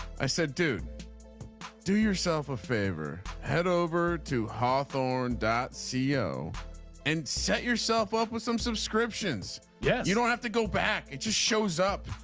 i said do do yourself a favor head over to hawthorne dot's ceo and set yourself up with some subscriptions. yeah. you don't have to go back. it just shows up.